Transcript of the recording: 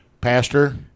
Pastor